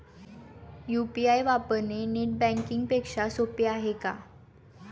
UPI वापरणे net banking पेक्षा सोपे आहे का?